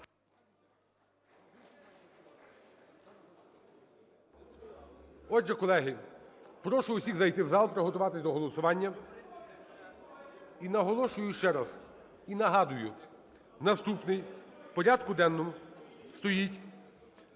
Отже, колеги, прошу всіх зайти в зал приготуватись до голосування. І наголошую ще раз, і нагадую, наступний в порядку денному стоїть